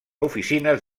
oficines